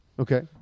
Okay